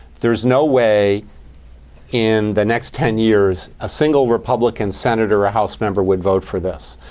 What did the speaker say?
there is no way in the next ten years a single republican senator or a house member would vote for this.